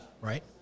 Right